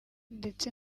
ndetse